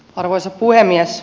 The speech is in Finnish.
arvoisa puhemies